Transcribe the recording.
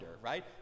right